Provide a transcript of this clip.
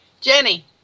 Jenny